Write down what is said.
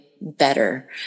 better